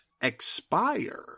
expire